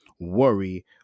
worry